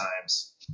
times